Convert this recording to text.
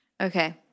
Okay